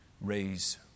raise